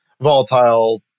volatile